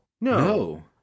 No